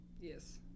Yes